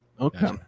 Okay